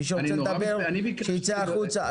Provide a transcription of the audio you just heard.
מי שרוצה לדבר שיצא החוצה.